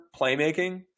playmaking